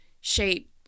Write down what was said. shape